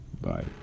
bye